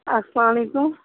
اَلسَلام علیکُم